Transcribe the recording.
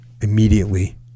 immediately